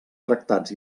tractats